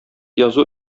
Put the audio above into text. язу